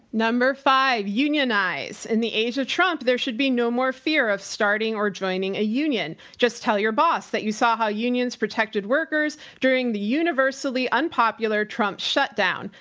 number five. unionize. in the age of trump, there should be no more fear of starting or joining a union. just tell your boss that you saw how unions protected workers during the universally unpopular trump shutdown.